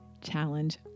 challenge